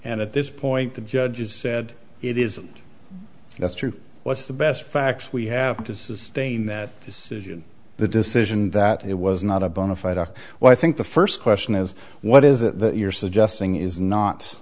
and at this point the judges said it isn't that's true what's the best facts we have to sustain that is the decision that it was not a bona fide a well i think the first question is what is it that you're suggesting is not